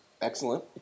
Excellent